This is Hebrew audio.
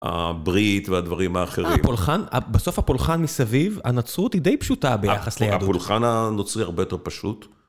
הברית והדברים האחרים. הפולחן, בסוף הפולחן מסביב, הנצרות היא די פשוטה ביחס לידו. הפולחן הנוצרי הרבה יותר פשוט.